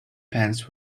pants